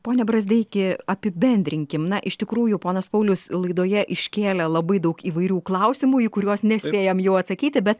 ponia brazdeikį apibendrinkime na iš tikrųjų ponas paulius laidoje iškėlė labai daug įvairių klausimų į kuriuos nespėjame jų atsakyti bet